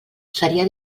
seria